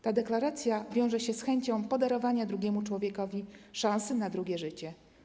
Ta deklaracja wiąże się z chęcią podarowania drugiemu człowiekowi szansy na drugie życie.